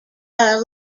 are